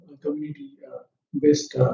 community-based